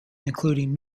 including